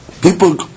People